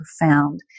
profound